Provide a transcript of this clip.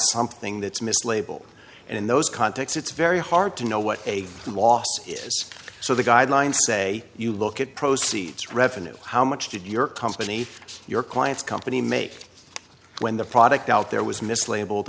something that's mislabeled and in those context it's very hard to know what a loss is so the guidelines say you look at proceeds revenue how much did your company your clients company make when the product out there was mislabeled